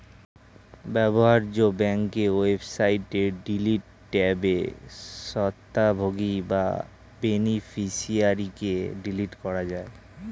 ব্যবহার্য ব্যাংকের ওয়েবসাইটে ডিলিট ট্যাবে স্বত্বভোগী বা বেনিফিশিয়ারিকে ডিলিট করা যায়